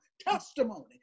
Testimony